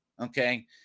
Okay